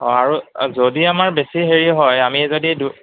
অঁ আৰু যদি আমাৰ বেছি হেৰি হয় আমি যদি দু